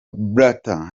blatter